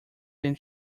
than